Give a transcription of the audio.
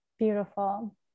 beautiful